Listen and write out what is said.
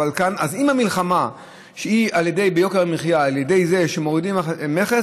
אז אם המלחמה ביוקר המחיה היא על ידי זה שמורידים מכס,